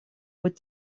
быть